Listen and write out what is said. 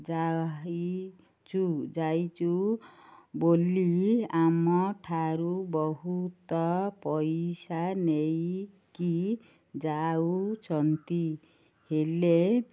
ଯାଇଛୁ ଯାଇଛୁ ବୋଲି ଆମଠାରୁ ବହୁତ ପଇସା ନେଇକି ଯାଉଛନ୍ତି ହେଲେ